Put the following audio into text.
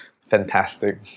fantastic